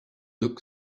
look